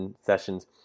sessions